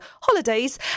holidays